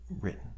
written